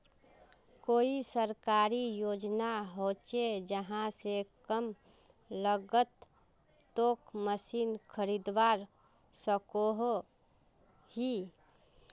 कोई सरकारी योजना होचे जहा से कम लागत तोत मशीन खरीदवार सकोहो ही?